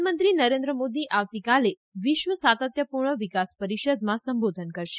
પ્રધાનમંત્રી નરેન્દ્ર મોદી આવતીકાલે વિશ્વ સાતત્યપૂર્ણ વિકાસ પરિષદમાં સંબોધન કરશે